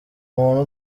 muntu